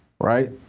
right